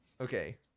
Okay